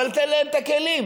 אבל תן להם את הכלים.